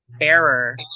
error